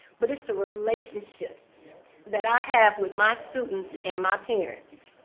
but it's the relationships that i have with my students and my parents,